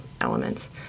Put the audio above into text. elements